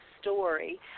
story